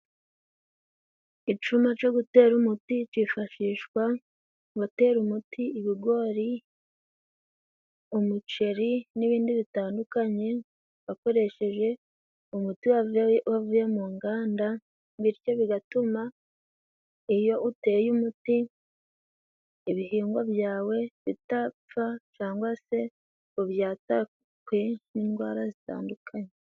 Icuma co gutera umuti cifashishwa batera umuti ibigori, umuceri n'ibindi bitandukanye, bakoresheje umuti wavuye mu nganda. Bityo bigatuma iyo uteye umuti, ibihingwa byawe bidapfa cyangwa se ngo byatakwe n'indwara zitandukanye.